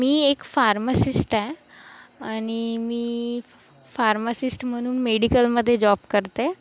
मी एक फार्मसिस्ट आहे आणि मी फार्मसिस्ट म्हणून मेडिकलमध्ये जॉब करते